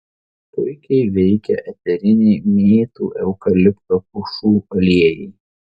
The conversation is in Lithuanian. puikiai veikia eteriniai mėtų eukalipto pušų aliejai